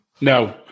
No